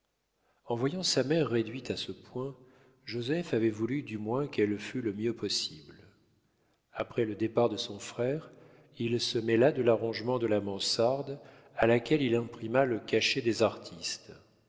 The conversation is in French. en voyant sa mère réduite à ce point joseph avait voulu du moins qu'elle fût le mieux possible après le départ de son frère il se mêla de l'arrangement de la mansarde à laquelle il imprima le cachet des artistes